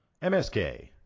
MSK